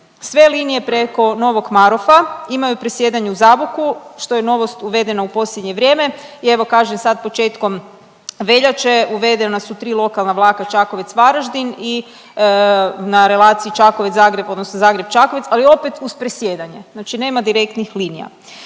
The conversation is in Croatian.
Sve linije preko Novog Marofa imaju presjedanje u Zaboku što je novost uvedena u posljednje vrijeme. I evo kaže sad početkom veljače uvedena su tri lokalna vlaka Čakovec – Varaždin na relaciji Čakovec – Zagreb, odnosno Zagreb – Čakovec, ali opet uz presjedanje, znači nema direktnih linija.